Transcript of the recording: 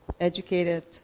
educated